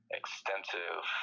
extensive